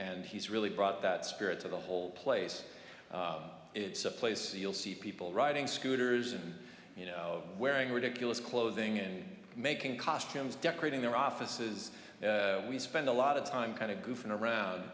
and he's really brought that spirit to the whole place it's a place where you'll see people riding scooters and you know wearing ridiculous clothing and making costumes decorating their offices we spend a lot of time kind of goofing around